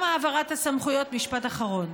משפט אחרון.